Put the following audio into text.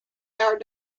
our